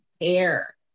care